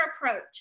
approach